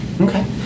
Okay